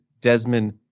desmond